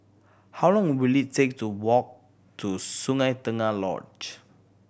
how long will it take to walk to Sungei Tengah Lodge